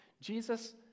Jesus